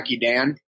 Dan